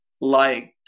liked